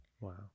Wow